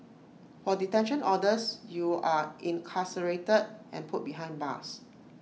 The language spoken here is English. for detention orders you are incarcerated and put behind bars